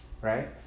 right